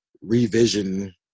revision